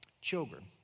children